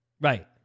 Right